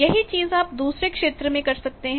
यही चीज आप दूसरे क्षेत्र में कर सकते हैं